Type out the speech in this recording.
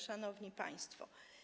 Szanowni Państwo!